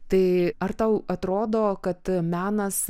tai ar tau atrodo kad menas